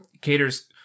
caters